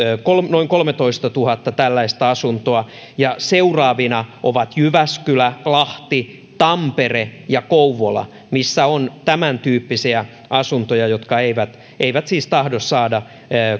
noin kolmetoistatuhatta tällaista asuntoa ja seuraavina ovat jyväskylä lahti tampere ja kouvola missä on tämäntyyppisiä asuntoja jotka eivät siis tahdo saada